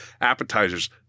appetizers